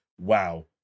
wow